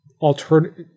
alternative